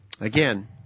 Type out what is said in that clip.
again